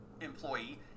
employee